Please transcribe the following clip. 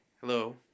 Hello